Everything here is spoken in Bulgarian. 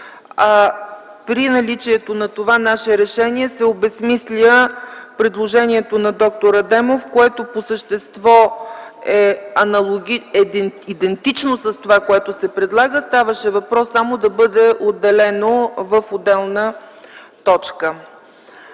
При наличието на това наше решение се обезсмисля предложението на д-р Адемов, което по същество е идентично с това, което се предлага. Ставаше въпрос само да бъде в отделна точка.